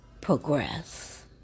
progress